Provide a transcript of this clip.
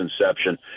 inception